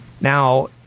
Now